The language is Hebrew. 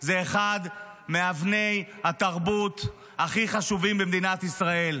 הוא אחד מאבני התרבות הכי חשובים במדינת ישראל.